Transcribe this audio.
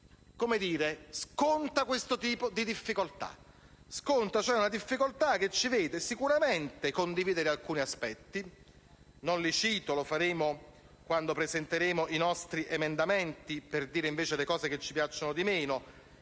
legge sconta questo tipo di difficoltà, anche se ci vede sicuramente condividerne alcuni aspetti. Non li cito, perché lo faremo quando presenteremo i nostri emendamenti per dire invece le cose che ci piacciono di meno.